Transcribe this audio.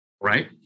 right